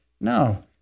No